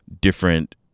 different